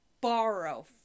borrow